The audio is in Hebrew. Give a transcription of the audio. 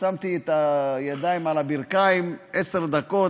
שמתי את הידיים על הברכיים עשר דקות,